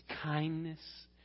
kindness